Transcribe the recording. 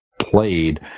played